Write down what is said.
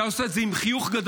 אתה עושה את זה עם חיוך גדול.